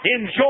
enjoy